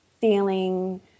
feeling